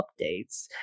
updates